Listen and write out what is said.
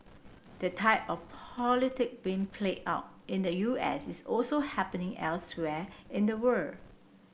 the type of politic being played out in the U S is also happening elsewhere in the world